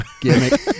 gimmick